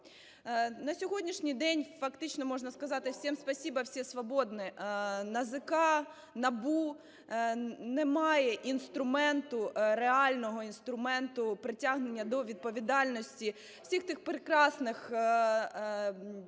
На сьогоднішній день фактично можна сказати: "Всем спасибо, все свободны". НАЗК, НАБУ не має інструменту, реального інструменту притягнення до відповідальності всіх тих прекрасних